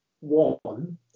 one